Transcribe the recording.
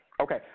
Okay